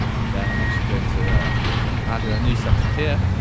then i'm actually going to add in a new section here